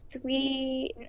sweet